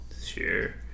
Sure